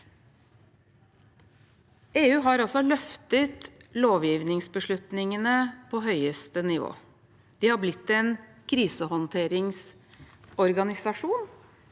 EU har løftet lovgivningsbeslutningene på høyeste nivå. De har blitt en krisehåndteringsorganisasjon,